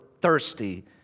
thirsty